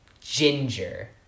ginger